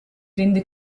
rende